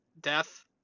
Death